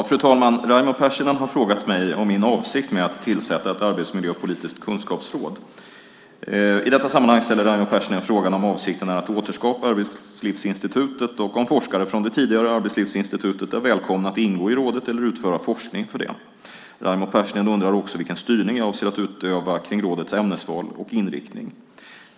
Fru talman! Raimo Pärssinen har frågat mig om min avsikt med att tillsätta ett arbetsmiljöpolitiskt kunskapsråd. I detta sammanhang ställer Raimo Pärssinen frågan om avsikten är att återskapa Arbetslivsinstitutet och om forskare från det tidigare Arbetslivsinstitutet är välkomna att ingå i rådet eller utföra forskning för det. Raimo Pärssinen undrar också vilken styrning jag avser att utöva kring rådets ämnesval och inriktning.